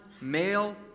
male